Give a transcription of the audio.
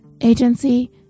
agency